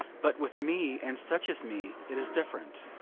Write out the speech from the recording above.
but with me and such as me it is different.